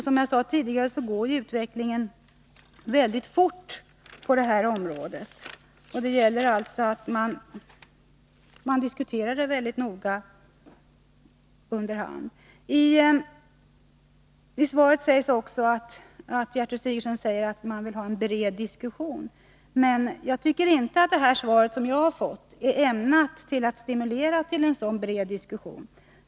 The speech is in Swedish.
Som jag sade tidigare går utvecklingen mycket fort på detta område. Det gäller att diskutera problemen synnerligen noga under hand. I svaret säger Gertrud Sigurdsen också att regeringen vill ha en bred diskussion. Men jag tycker inte att det svar som jag har fått är ämnat att stimulera en sådan bred diskussion.